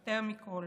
יותר מכול.